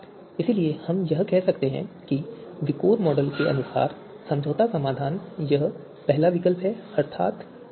इसलिए हम कह सकते हैं कि विकोर मॉडल के अनुसार समझौता समाधान यह पहला विकल्प है अर्थात कोर्सा कार